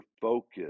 focus